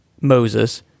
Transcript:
Moses